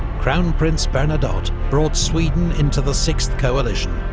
crown prince bernadotte brought sweden into the sixth coalition,